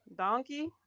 Donkey